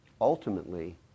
ultimately